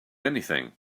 anything